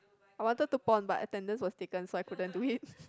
I wanted to pon but attendance was taken so I couldn't do it